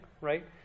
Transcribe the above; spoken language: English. right